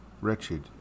wretched